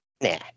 nah